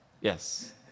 Yes